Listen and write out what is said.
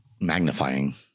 magnifying